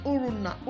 Uruna